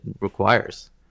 requires